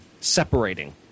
separating